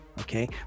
Okay